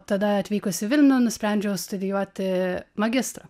tada atvykus į vilnių nusprendžiau studijuoti magistrą